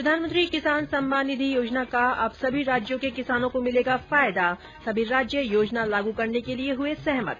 प्रधानमंत्री किसान सम्मान निधि योजना का अब सभी राज्यों के किसानों को मिलेगा फायदा राज्य योजना लागू करने के लिये हुए सहमत